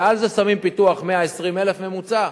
ועל זה שמים פיתוח 120,000 ממוצע,